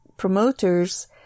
promoters